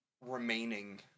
remaining